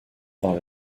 are